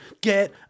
Get